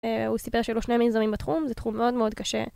הוא סיפר שהיו לו שני מיזמים בתחום, זה תחום מאוד מאוד קשה.